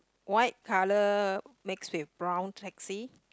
white colour mix with brown taxi